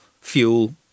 fuel